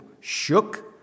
shook